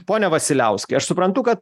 pone vasiliauskai aš suprantu kad